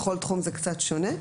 בכל תחום זה קצת שונה.